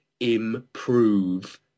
improve